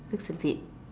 that's a bit